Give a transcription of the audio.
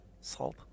Salt